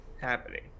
happening